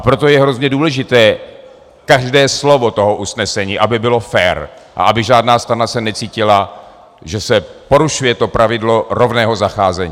Proto je hrozně důležité každé slovo toho usnesení, aby bylo fér a aby žádná strana se necítila, že se porušuje pravidlo rovného zacházení.